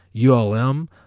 ULM